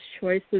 choices